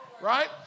Right